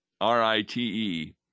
R-I-T-E